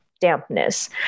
dampness